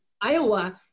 Iowa